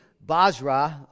Basra